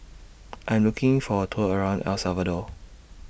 I Am looking For A Tour around El Salvador